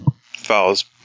follows